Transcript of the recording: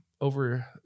over